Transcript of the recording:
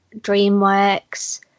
DreamWorks